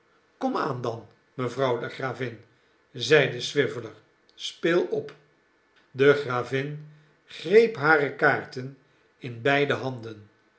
aan dan mevrouw de gravin zeide swiveller speel op de gravin greep hare kaarten in beide handen